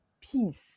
peace